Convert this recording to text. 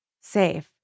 safe